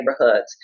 neighborhoods